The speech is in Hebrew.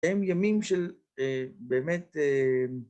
הם ימים של... באמת...